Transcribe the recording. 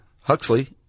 Huxley